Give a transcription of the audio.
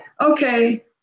Okay